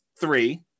three